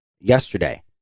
yesterday